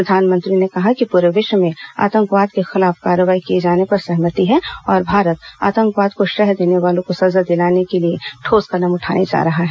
प्रधानमंत्री ने कहा कि पूरे विश्व में आतंकवाद के खिलाफ कार्रवाई किए जाने पर सहमति है और भारत आतंकवाद को शह देने वालों को सजा दिलाने के लिए ठोस कदम उठाने जा रहा है